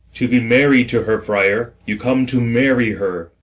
to be married to her, friar you come to marry her.